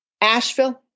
Asheville